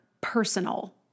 personal